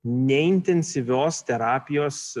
neintensyvios terapijos